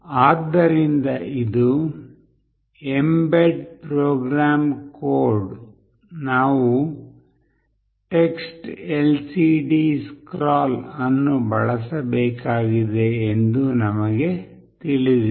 ಆದ್ದರಿಂದ ಇದು mbed program code ನಾವು TextLCDScroll ಅನ್ನು ಬಳಸಬೇಕಾಗಿದೆ ಎಂದು ನಮಗೆ ತಿಳಿದಿದೆ